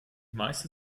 meiste